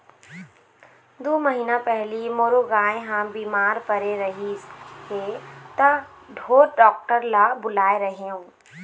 दू महीना पहिली मोरो गाय ह बिमार परे रहिस हे त ढोर डॉक्टर ल बुलाए रेहेंव